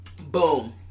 boom